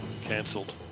Cancelled